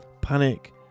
panic